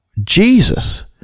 Jesus